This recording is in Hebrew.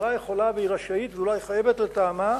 החברה יכולה, והיא רשאית, ואולי היא חייבת, לטעמה,